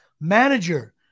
manager